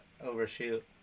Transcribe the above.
overshoot